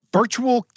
virtual